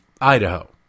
Idaho